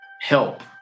help